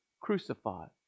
crucified